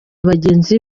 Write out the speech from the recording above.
bagenzi